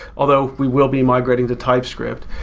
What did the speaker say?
although we will be migrating to typescript.